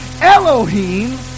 Elohim